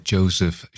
Joseph